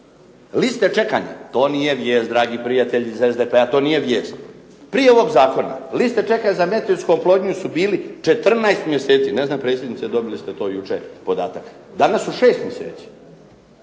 Liste čekanja. To nije vijest dragi prijatelji iz SDP-a to nije vijest. Prije ovog zakona, liste čekanje za medicinsku oplodnju su bili 14 mjeseci. Ne znam predsjednice dobili ste to jučer podatak, danas su 6 mjeseci.